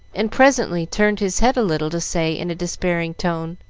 and presently turned his head a little to say, in a despairing tone